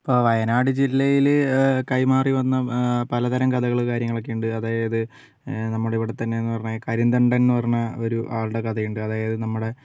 ഇപ്പോൾ വയനാട് ജില്ലയില് കൈമാറി വന്ന പലതരം കഥകള് കാര്യങ്ങളൊക്കേ ഉണ്ട് അതായത് നമ്മുടെ ഇവിടെ തന്നെ എന്ന് പറഞ്ഞാൽ കരിന്തണ്ടൻ എന്ന് പറഞ്ഞ ഒരു ആളുടെ കഥയുണ്ട് അതായത് നമ്മുടേ